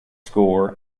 score